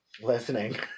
Listening